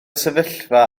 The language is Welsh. sefyllfa